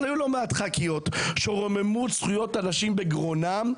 אבל היו לא מעט ח"כיות שרוממות זכויות הנשים בגרונן,